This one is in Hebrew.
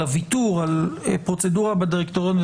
אלא ויתור על פרוצדורה בדירקטוריון,